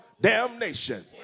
damnation